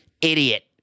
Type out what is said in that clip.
Idiot